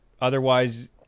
otherwise